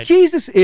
Jesus